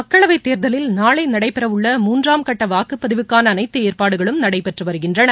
மக்களவைத் தேர்தலில் நாளை நடைபெறவுள்ள மூன்றாம் கட்ட வாக்குப்பதிவுக்கான அனைத்து ஏற்பாடுகளும் நடைபெற்று வருகின்றன